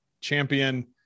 champion